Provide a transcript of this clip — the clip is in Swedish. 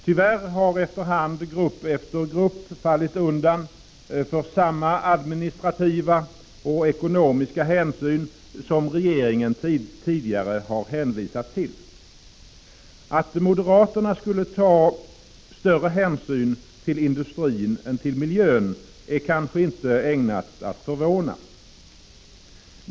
Tyvärr har efter hand grupp efter grupp fallit undan för samma administrativa och ekonomiska hänsyn som regeringen tidigare hänvisat till. Att moderaterna skulle ta större hänsyn till industrin än till miljön är kanske inte ägnat att förvåna.